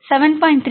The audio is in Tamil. எனவே 7